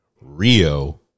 Rio